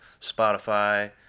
Spotify